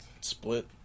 Split